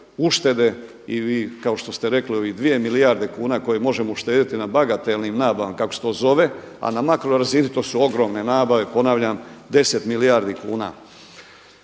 uštede i kao što ste rekli dvije milijarde kuna koje možemo uštediti na bagatelnim nabavama kako se to zove, a na makro razini to su ogromne nabave, ponavljam deset milijardi kuna.